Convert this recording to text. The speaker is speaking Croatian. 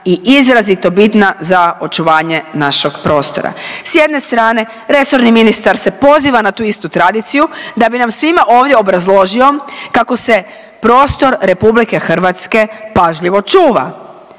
i izrazito bitna za očuvanje našeg prostora. S jedne strane resorni ministar se poziva na tu istu tradiciju da bi nam svima ovdje obrazložio kako se prostor RH pažljivo čuva.